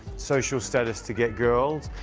social status to get girls.